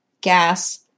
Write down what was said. gas